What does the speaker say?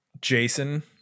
Jason